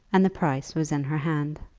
and the price was in her hand.